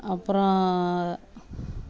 அப்புறோம்